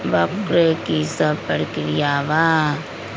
वक्र कि शव प्रकिया वा?